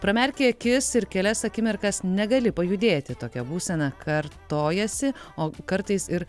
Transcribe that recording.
pramerki akis ir kelias akimirkas negali pajudėti tokia būsena kartojasi o kartais ir